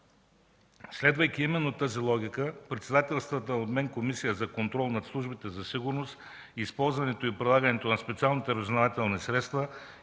Следвайки именно тази логика, председателстваната от мен Комисия за контрол над службите за сигурност, използването и прилагането на специалните разузнавателни средства